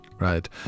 right